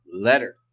Letter